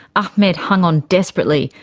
ahmed hung on desperately,